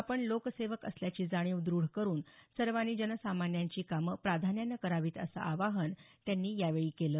आपण लोकसेवक असल्याची जाणीव द्रढ करून सर्वाँनी जनसामान्यांची काम प्राधान्यानं करावीत असं आवाहन त्यांनी यावेळी केलं